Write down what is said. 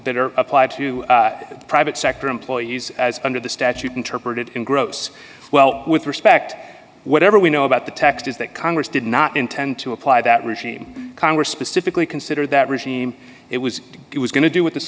better applied to private sector employees as under the statute interpreted gross well with respect whatever we know about the text is that congress did not intend to apply that regime congress specifically consider that regime it was it was going to do with th